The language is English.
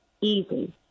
easy